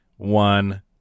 one